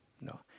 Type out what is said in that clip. no